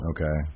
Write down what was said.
Okay